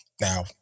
Now